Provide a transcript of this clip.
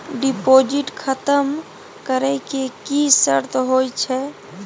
Deposit खतम करे के की सर्त होय छै?